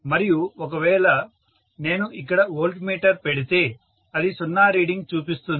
మరియు ఒకవేళ నేను ఇక్కడ వోల్ట్ మీటర్ పెడితే అది సున్నా రీడింగ్ చూపిస్తుంది